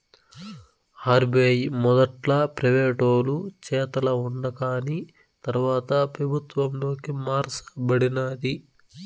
RBI మొదట్ల ప్రైవేటోలు చేతల ఉండాకాని తర్వాత పెబుత్వంలోకి మార్స బడినాది